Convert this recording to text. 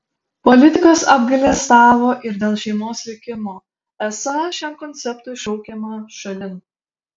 politikas apgailestavo ir dėl šeimos likimo esą šiam konceptui šaukiama šalin